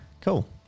Cool